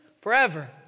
forever